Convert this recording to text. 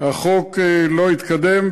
החוק לא התקדם,